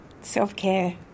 self-care